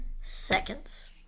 seconds